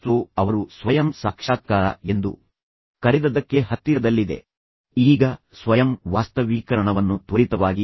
ಕಿಶೋರ್ ಅವರು ಕೆಲಸದಿಂದ ವಿರಾಮ ತೆಗೆದುಕೊಳ್ಳುವಂತೆ ಮಾಡಿ ಮತ್ತು ಅವರೊಂದಿಗೆ ಹೆಚ್ಚು ಸಮಯ ಕಳೆಯುವಂತೆ ಮಾಡಿ